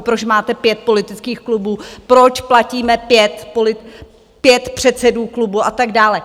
Proč máte pět politických klubů, proč platíme pět předsedů klubu a tak dále?